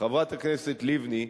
חברת הכנסת לבני.